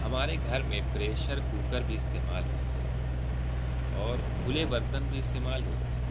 ہمارے گھر میں پریشر کوکر بھی استعمال ہوتے ہیں اور کھلے برتن بھی استعمال ہوتے ہیں